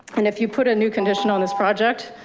and if you put a new condition on this project,